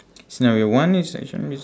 scenario one is your job is